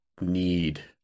need